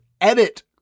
edit